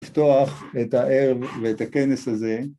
‫לפתוח את הערב ואת הכנס הזה.